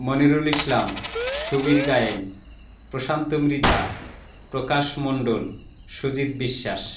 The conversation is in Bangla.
মণিরুল ইসলাম সুবীর গায়েন প্রশান্ত মৃধা প্রকাশ মন্ডল সুজিত বিশ্বাস